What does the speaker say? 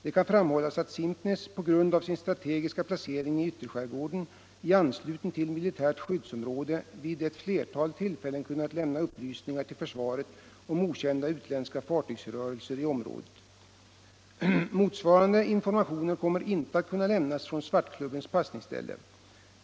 Det kan framhållas att Simpnäs på grund av sin strategiska placering i ytterskärgården i anslutning till militärt skyddsområde vid ett flertal tillfällen har kunnat lämna upplysningar till försvaret om okända utländska fartygs rörelser i området. Motsvarande informationer kommer inte att kunna lämnas från Svartklubbens passningsställe.